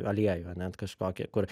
aliejų ar ne kažkokį kur